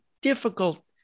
difficult